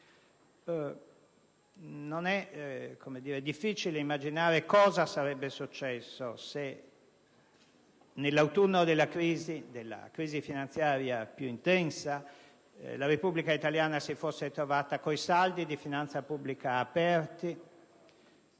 Non è difficile immaginare cosa sarebbe successo se, nell'autunno della crisi finanziaria più intensa, la Repubblica italiana si fosse trovata coi saldi di finanza pubblica aperti,